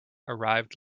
arrived